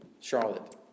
Charlotte